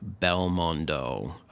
Belmondo